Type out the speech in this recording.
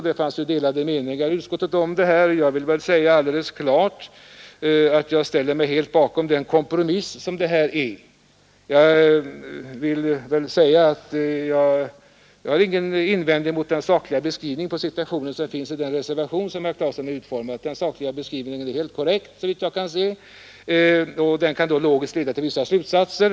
Det fanns delade meningar i utskottet om den här frågan, men jag vill säga alldeles klart att jag ställer mig helt bakom den kompromiss som utskottsförslaget innebär. Nr 133 Onsdagen den 6 december 1972 korrekt, såvitt jag kan se, och den kan då logiskt leda till vissa slutsatser.